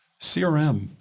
CRM